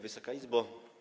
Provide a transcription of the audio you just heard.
Wysoka Izbo!